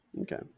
Okay